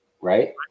Right